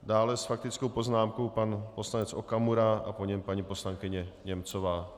Dále s faktickou poznámkou pan poslanec Okamura a po něm paní poslankyně Němcová.